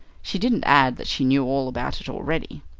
she didn't add that she knew all about it already.